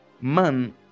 man